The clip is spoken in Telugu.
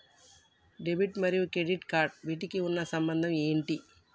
డెబిట్ మరియు క్రెడిట్ కార్డ్స్ వీటికి ఉన్న సంబంధం ఏంటి?